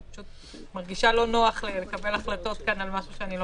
אני מרגישה לא נוח לקבל החלטות על משהו שאני לא